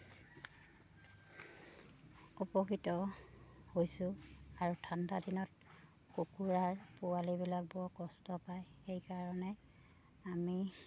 উপকৃত হৈছোঁ আৰু ঠাণ্ডা দিনত কুকুৰাৰ পোৱালিবিলাকে বৰ কষ্ট পায় সেইকাৰণে আমি